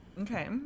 Okay